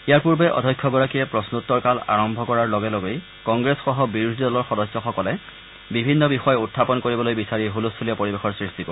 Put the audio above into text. ইয়াৰ পূৰ্বে অধ্যক্ষগৰাকীয়ে প্ৰশ্নোত্তৰ কাল আৰম্ভ কৰাৰ লগে লগেই কংগ্ৰেছসহ বিৰোধী দলৰ সদস্যসকলে বিভিন্ন বিষয় উখাপন কৰিবলৈ বিচাৰি হুলস্থূলীয়া পৰিৱেশৰ সৃষ্টি কৰে